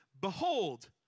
Behold